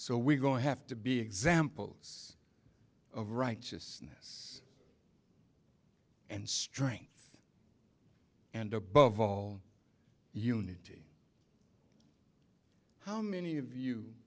so we're going to have to be examples of righteousness and strength and above all unity how many of you